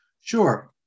Sure